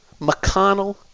McConnell